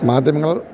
മാധ്യമങ്ങൾ